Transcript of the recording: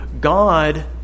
God